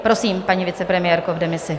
Prosím, paní vicepremiérko v demisi.